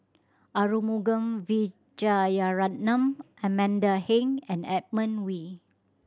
Arumugam Vijiaratnam Amanda Heng and Edmund Wee